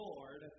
Lord